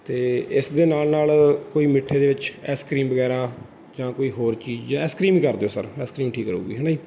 ਅਤੇ ਇਸ ਦੇ ਨਾਲ ਨਾਲ ਕੋਈ ਮਿੱਠੇ ਦੇ ਵਿੱਚ ਆਈਸ ਕ੍ਰੀਮ ਵਗੈਰਾ ਜਾਂ ਕੋਈ ਹੋਰ ਚੀਜ਼ ਆਈਸ ਕ੍ਰੀਮ ਹੀ ਕਰ ਦਿਓ ਸਰ ਆਈਸ ਕ੍ਰੀਮ ਠੀਕ ਰਹੇਗੀ ਹੈ ਨਾ ਜੀ